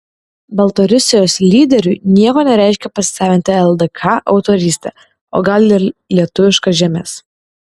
baltarusijos lyderiui nieko nereiškia pasisavinti ldk autorystę o gal ir lietuviškas žemes